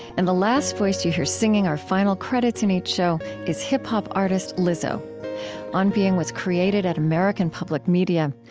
and the last voice that you hear singing our final credits in each show is hip-hop artist lizzo on being was created at american public media.